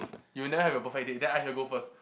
you'll never have your perfect date then I shall go first